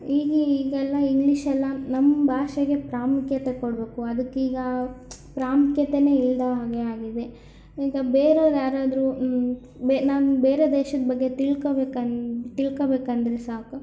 ಈಗ ಈಗೆಲ್ಲ ಇಂಗ್ಲೀಷೆಲ್ಲ ನಮ್ಮ ಭಾಷೆಗೆ ಪ್ರಾಮುಖ್ಯತೆ ಕೊಡ್ಬೇಕು ಅದಕ್ಕೀಗ ಪ್ರಾಮುಖ್ಯತೆನೇ ಇಲ್ಲದ ಹಾಗೆ ಆಗಿದೆ ಈಗ ಬೇರೆಯವ್ರು ಯಾರಾದರೂ ಬೇ ನಮ್ಮ ಬೇರೆ ದೇಶದ ಬಗ್ಗೆ ತಿಳ್ಕಬೇಕ ತಿಳ್ಕೋಬೇಕಂದ್ರೆ ಸಾಕು